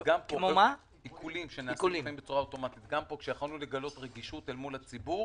גם פה, כשיכולנו לגלות רגישות מול הציבור,